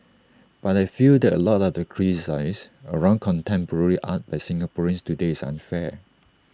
but I feel that A lot of the criticise around contemporary art by Singaporeans today is unfair